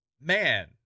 man